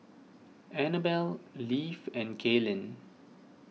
Anabel Leif and Kalyn